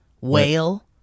whale